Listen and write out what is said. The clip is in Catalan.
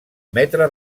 metre